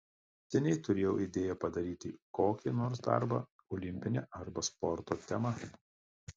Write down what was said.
seniai turėjau idėją padaryti kokį nors darbą olimpine arba sporto tema